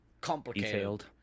complicated